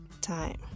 time